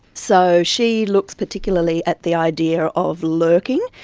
so she looks particularly at the idea of lurking,